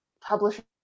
publishers